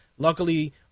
Luckily